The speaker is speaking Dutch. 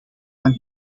van